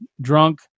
drunk